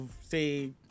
say